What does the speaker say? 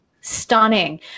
stunning